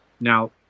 Now